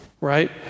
right